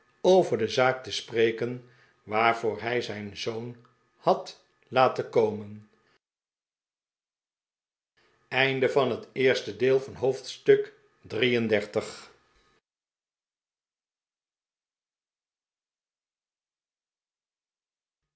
over de zaak te spreken waarvoor hij zijn zoon had laten komen